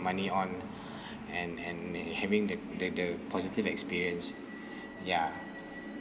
money on and and having the the the positive experience ya